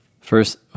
First